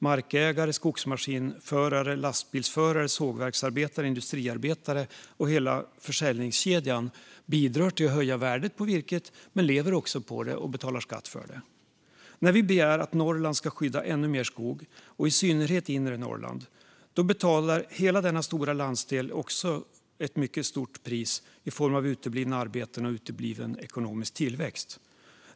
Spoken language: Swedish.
Markägare, skogsmaskinförare, lastbilsförare, sågverksarbetare, industriarbetare och hela försäljningskedjan bidrar till att höja värdet på virket men lever också på det och betalar skatt på det. När vi begär att Norrland ska skydda ännu mer skog, och i synnerhet inre Norrland, betalar hela denna stora landsdel också ett mycket högt pris i form av uteblivna arbeten och utebliven ekonomisk tillväxt.